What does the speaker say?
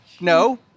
no